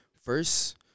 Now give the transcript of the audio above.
First